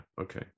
Okay